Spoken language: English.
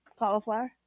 cauliflower